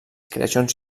creacions